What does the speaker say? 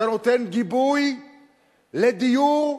אתה נותן גיבוי לדיור.